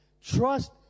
Trust